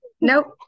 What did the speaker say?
Nope